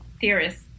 theorists